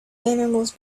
animals